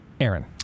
Aaron